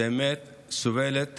האמת שהחברה הערבית סובלת